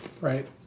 right